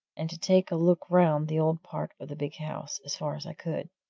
and to take a look round the old part of the big house, as far as i could.